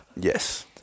Yes